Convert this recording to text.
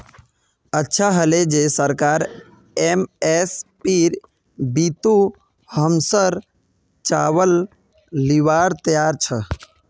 अच्छा हले जे सरकार एम.एस.पीर बितु हमसर चावल लीबार तैयार छ